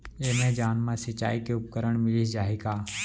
Amazon मा सिंचाई के उपकरण मिलिस जाही का?